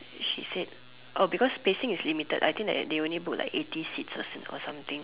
she said because spacing is limited I think they only book like eighty seats or something